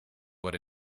what